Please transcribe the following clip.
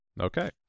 Okay